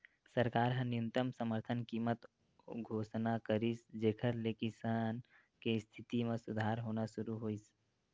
सरकार ह न्यूनतम समरथन कीमत घोसना करिस जेखर ले किसान के इस्थिति म सुधार होना सुरू होइस